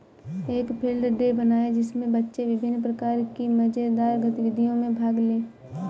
एक field day बनाएं जिसमें बच्चे विभिन्न प्रकार की मजेदार गतिविधियों में भाग लें